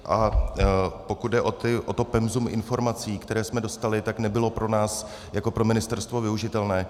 A pokud jde o to penzum informací, které jsme dostali, tak nebylo pro nás jako pro ministerstvo využitelné.